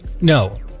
No